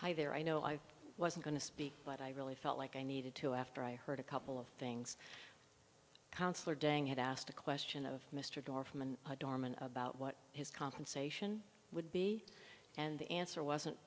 hi there i know i wasn't going to speak but i really felt like i needed to after i heard a couple of things councillor dang had asked a question of mr dorfman dorman about what his compensation would be and the answer wasn't